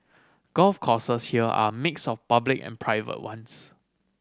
golf courses here are a mix of public and private ones